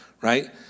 right